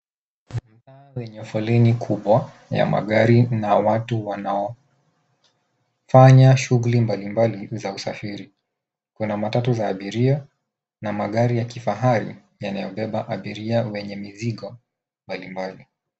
Mtaa yenye foleni kubwa ya magari na watu wanao fanya shughuli mbalimbali za usafiri. Kuna matatu za abiria na magari ya kifahari yanayobeba abiria wenye mizigo mbalimbali.